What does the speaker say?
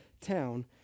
town